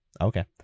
okay